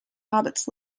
hobbits